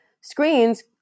screens